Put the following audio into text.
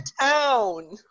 town